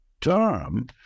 term